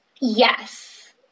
Yes